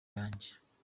yanjye